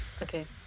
okay